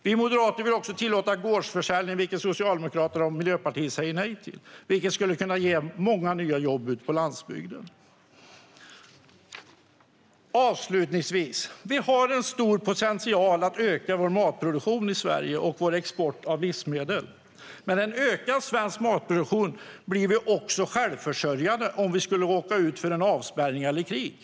Vi moderater vill tillåta gårdsförsäljning, vilket Socialdemokraterna och Miljöpartiet säger nej till. Det skulle kunna ge många nya jobb ute på landsbygden. Vi har stor potential att öka vår matproduktion i Sverige och vår export av livsmedel. Med ökad svensk matproduktion blir vi också självförsörjande om vi skulle råka ut för en avspärrning eller krig.